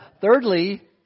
thirdly